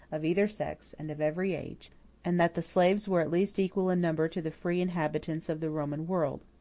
of either sex, and of every age and that the slaves were at least equal in number to the free inhabitants of the roman world.